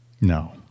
No